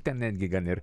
ten netgi gan ir